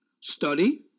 Study